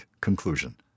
conclusion